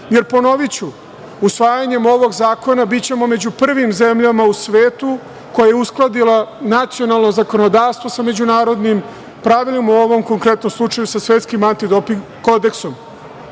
svetom. Ponoviću, usvajanjem ovog zakona bićemo među prvim zemljama u svetu koja je uskladila nacionalno zakonodavstvo sa međunarodnim pravilima, u ovom konkretnom slučaju sa svetskim anti-doping kodeksom.